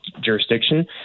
jurisdiction